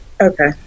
Okay